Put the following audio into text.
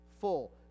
full